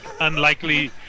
unlikely